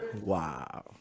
wow